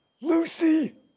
Lucy